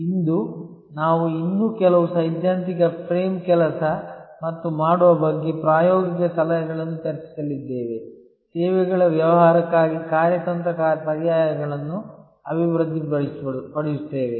ಇಂದು ನಾವು ಇನ್ನೂ ಕೆಲವು ಸೈದ್ಧಾಂತಿಕ ಚೌಕಟ್ಟು ಮತ್ತು ಮಾಡುವ ಬಗ್ಗೆ ಪ್ರಾಯೋಗಿಕ ಸಲಹೆಗಳನ್ನು ಚರ್ಚಿಸಲಿದ್ದೇವೆ ಸೇವೆಗಳ ವ್ಯವಹಾರಕ್ಕಾಗಿ ಕಾರ್ಯತಂತ್ರ ಪರ್ಯಾಯಗಳನ್ನು ಅಭಿವೃದ್ಧಿಪಡಿಸುತ್ತೇವೆ